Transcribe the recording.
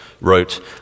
wrote